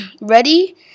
ready